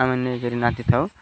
ଆମେ ନେଇକରି ନାଚିଥାଉ